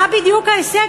מה בדיוק ההישג,